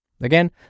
Again